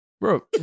bro